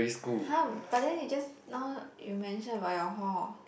!huh! but then you just now you mention about your hall